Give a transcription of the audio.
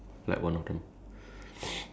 um there's two person right